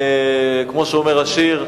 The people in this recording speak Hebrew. כמו שאומר השיר: